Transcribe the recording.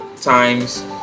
times